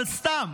אבל סתם,